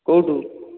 କେଉଁଠୁ